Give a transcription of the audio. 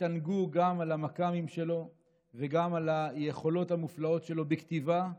התענגו גם על המקאמות שלו וגם על היכולות המופלאות שלו בכתיבה.